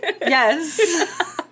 Yes